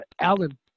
Alan